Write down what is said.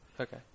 Okay